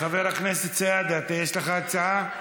חבר הכנסת סידה, יש לך הצעה?